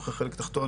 ניתוחי חלק תחתון.